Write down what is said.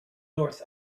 north